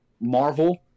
Marvel